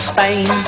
Spain